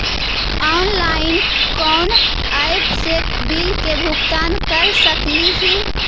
Online कोन app से bill के भुगतान कर सकली ही?